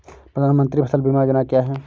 प्रधानमंत्री फसल बीमा योजना क्या है?